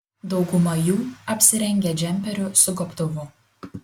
dauguma jų apsirengę džemperiu su gobtuvu